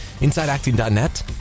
InsideActing.net